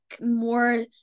more